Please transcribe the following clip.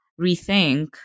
rethink